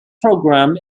program